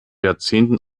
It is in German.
jahrzehnten